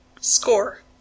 score